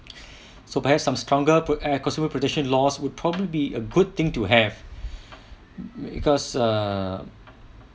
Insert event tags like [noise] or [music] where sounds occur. so perhaps some stronger pro~ uh consumer protection laws would probably a good thing to have [breath] because err